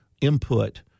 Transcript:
input